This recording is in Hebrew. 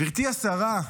גברתי השרה,